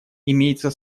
имеется